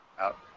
out